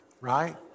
right